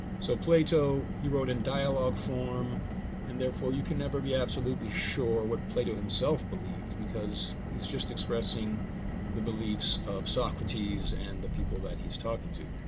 so plato, he wrote in dialogue form and therefore you can never be absolutely sure what plato himself believed because he's just expressing the beliefs of socrates and the people that he's talking to.